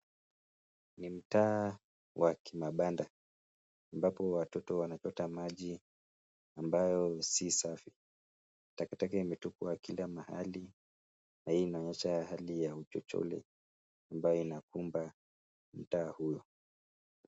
Ni mtaa wa kimabanda ambapo watoto wanapata maji ambayo si safi. Takataka imetupwa kila mahali na hii inaoonyesha hali ya uchochole ambayo inakumba mtaa huo.